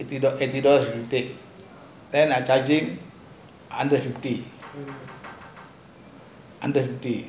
eighty eighty dollars you pay then I charging under fifty under fifty